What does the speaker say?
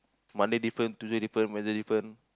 Monday different tuesday different wednesday different